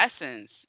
essence